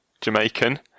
Jamaican